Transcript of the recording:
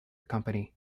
company